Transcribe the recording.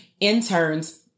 interns